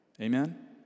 Amen